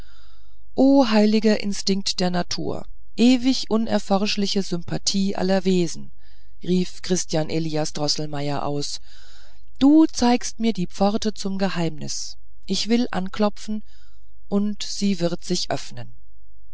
o heiliger instinkt der natur ewig unerforschliche sympathie aller wesen rief christian elias droßelmeier aus du zeigst mir die pforte zum geheimnis ich will anklopfen und sie wird sich öffnen